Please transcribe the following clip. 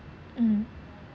mm